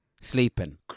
sleeping